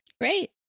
great